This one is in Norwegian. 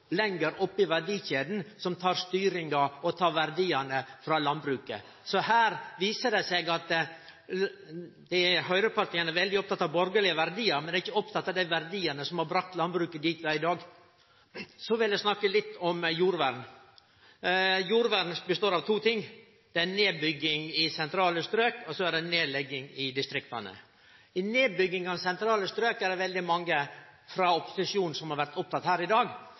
lenger oppe i verdikjeda som tek styringa – og verdiane – frå landbruket. Så her viser det at høgrepartia er veldig opptekne av borgarlege verdiar, men dei er ikkje opptekne av dei verdiane som har bringa landbruket dit det er i dag. Så vil eg snakke litt om jordvern. Jordvern består av to ting: nedbygging i sentrale strøk og nedlegging i distrikta. Nedbygging i sentrale strøk er det veldig mange frå opposisjonen som har vore opptekne av i dag.